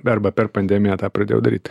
arba per pandemiją tą pradėjau daryt